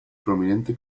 prominente